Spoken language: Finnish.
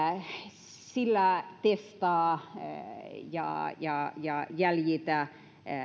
sillä testaa ja ja jäljitä